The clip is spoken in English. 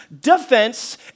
defense